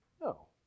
No